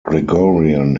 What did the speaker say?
gregorian